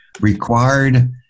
required